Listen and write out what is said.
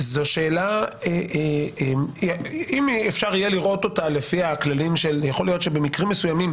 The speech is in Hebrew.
יכול להיות שבמקרים מסוימים,